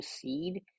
seed